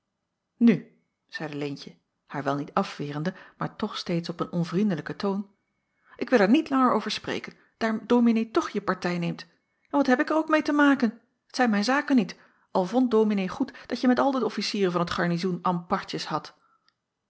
nu zeide leentje haar wel niet afwerende maar toch steeds op een onvriendelijken toon ik wil er niet langer over spreken daar dominee toch je partij neemt en wat heb ik er ook meê te maken t zijn mijn zaken niet al vond dominee goed dat je met al de officieren van t garnizoen ampartjes hadt